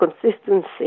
consistency